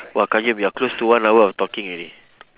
!wah! qayyum we are close to one hour of talking already